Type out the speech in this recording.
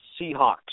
Seahawks